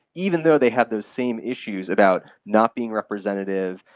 even though they have those same issues about not being representative,